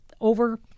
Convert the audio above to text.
over